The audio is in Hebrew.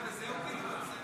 בזה מסיימים?